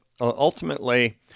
ultimately